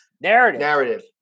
Narrative